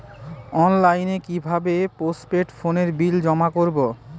অনলাইনে কি ভাবে পোস্টপেড ফোনের বিল জমা করব?